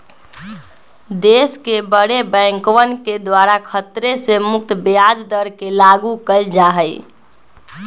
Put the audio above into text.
देश के बडे बैंकवन के द्वारा खतरे से मुक्त ब्याज दर के लागू कइल जा हई